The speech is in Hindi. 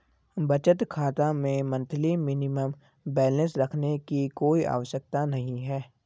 बचत खाता में मंथली मिनिमम बैलेंस रखने की कोई आवश्यकता नहीं है